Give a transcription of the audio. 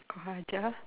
kurang ajar